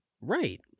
Right